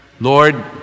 Lord